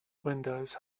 windows